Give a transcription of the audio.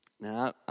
Now